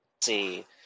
see